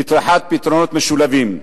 פתרונות משולבים,